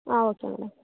ಹಾಂ okay madam